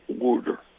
order